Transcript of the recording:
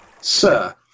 Sir